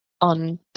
on